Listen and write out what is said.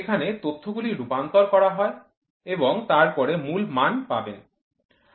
এখানে তথ্যগুলি রূপান্তর করা হয় এবং তারপরে মূল মান পাবেন